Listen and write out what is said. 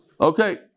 Okay